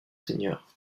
seigneurs